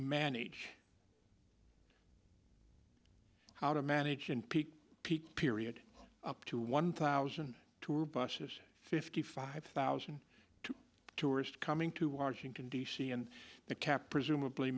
manage how to manage and pete pete period up to one thousand tour buses fifty five thousand to tourist coming to washington d c and the cap presumably